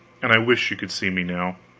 and i wished she could see me now.